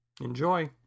Enjoy